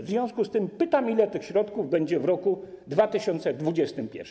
W związku z tym pytam, ile tych środków będzie w roku 2021.